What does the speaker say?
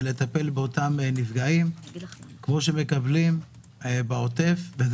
לטפל באותם נפגעים כפי שמקבלים בעוטף עזה.